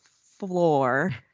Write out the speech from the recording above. floor